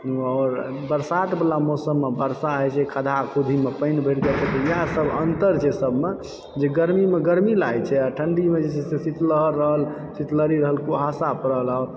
आओर बरसा बला मौसममे बरसा होइ छै खद्दा खुद्दी मे पान भरि जाइ छै तऽ इएह सब अन्तर छै सभमे जे गरमीमे गरमी लागै छै आओर ठण्डीमे जे छै शीतलहर रहल शीतलहरी रहल कुहासा पड़ल आओर